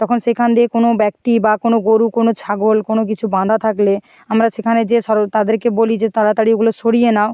তখন সেখান দিয়ে কোনো ব্যক্তি বা কোনো গোরু কোনো ছাগল কোনো কিছু বাঁধা থাকলে আমরা সেখানে যেয়ে সর তাদেরকে বলি যে তাড়াতাড়ি ওগুলো সরিয়ে নাও